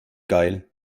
geil